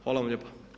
Hvala vam lijepa.